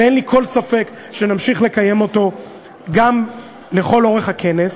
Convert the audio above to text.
ואין לי כל ספק שנמשיך לקיים אותו גם לכל אורך הכנס,